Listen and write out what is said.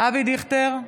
אבי דיכטר,